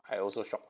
I also shop